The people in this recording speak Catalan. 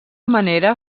manera